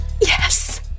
Yes